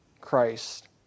Christ